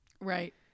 right